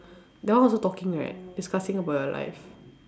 that one also talking right discussing about your life